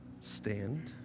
Stand